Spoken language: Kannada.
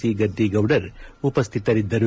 ಸಿ ಗದ್ದಿಗೌಡರ್ ಉಪಸ್ಠಿತರಿದ್ದರು